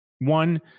One